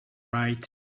right